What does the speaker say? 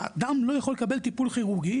אדם לא יכול לקבל טיפול כירורגי,